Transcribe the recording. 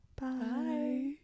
Bye